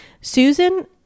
Susan